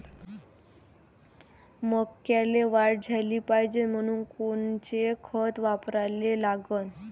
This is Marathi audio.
मक्याले वाढ झाली पाहिजे म्हनून कोनचे खतं वापराले लागन?